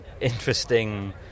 interesting